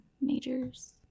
majors